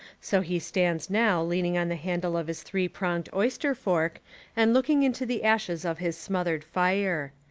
so he stands now leaning on the handle of his three-pronged oyster fork and looking into the ashes of his smothered fire.